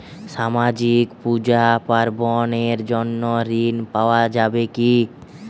সামাজিক পূজা পার্বণ এর জন্য ঋণ পাওয়া যাবে কি?